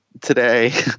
today